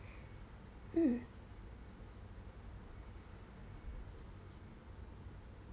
mm